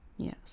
Yes